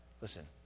listen